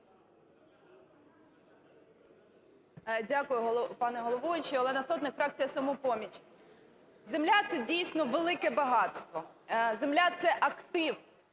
Дякую, пане головуючий. Олена Сотник, фракція "Самопоміч". Земля – це дійсно велике багатство. Земля – це актив.